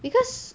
because